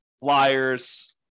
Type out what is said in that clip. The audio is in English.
flyers